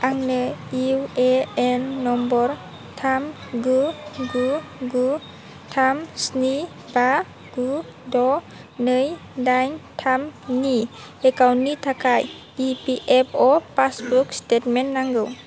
आंनो U A N number थाम गु गु गु थाम स्नि बा गु द' नै दाइन थामनि एकाउन्टनि थाखाय E P F O passbook statement नांगौ